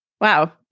Wow